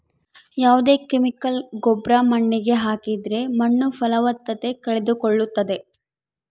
ಯಾವ್ದೇ ಕೆಮಿಕಲ್ ಗೊಬ್ರ ಮಣ್ಣಿಗೆ ಹಾಕಿದ್ರೆ ಮಣ್ಣು ಫಲವತ್ತತೆ ಕಳೆದುಕೊಳ್ಳುತ್ತದೆ